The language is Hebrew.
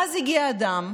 ואז הגיע אדם,